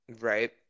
right